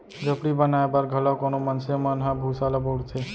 झोपड़ी बनाए बर घलौ कोनो मनसे मन ह भूसा ल बउरथे